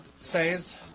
says